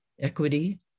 equity